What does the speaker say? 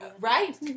Right